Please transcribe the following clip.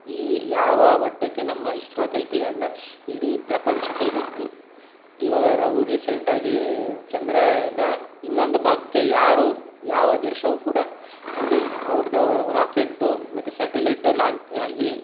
ಈ ಯಾವ ಮಟ್ಟಕ್ಕೆ ನಮ್ಮ ಇಸ್ರೋ ತಲುಪಿದೆ ಅಂತ ಇಡೀ ಪ್ರಪಂಚಕ್ಕೇ ಗೊತ್ತು ಇವಾಗ ನಾವು ರೀಸೆಂಟಾಗಿ ಚಂದ್ರನ ಇನ್ನೊಂದು ಭಾಗಕ್ಕೆ ಯಾರೂ ಯಾವ ದೇಶವೂ ಕೂಡ ಅಲ್ಲಿ ಅವ್ರದ್ದು ರಾಕೆಟ್ದು ಮತ್ತು ಸ್ಯಾಟಲೈಟು ಲಾನ್ ಅಲ್ಲಿ